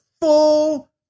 full